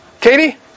Katie